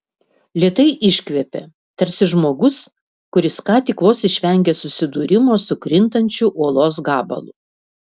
lėtai iškvėpė tarsi žmogus kuris ką tik vos išvengė susidūrimo su krintančiu uolos gabalu